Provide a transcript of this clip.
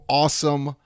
awesome